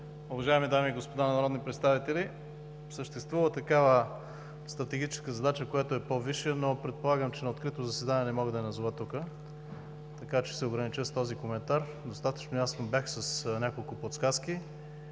Уважаеми дами и господа народни представители, съществува такава стратегическа задача, която е по-висша, но предполагам, че на открито заседание тук не мога да я назова, така че ще се огранича с този коментар. Достатъчно ясен бях с няколко подсказки.